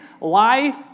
life